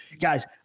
guys